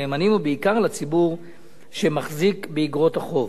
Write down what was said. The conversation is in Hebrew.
לנאמנים, ובעיקר לציבור שמחזיק באיגרות החוב.